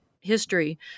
history